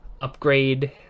upgrade